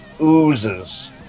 oozes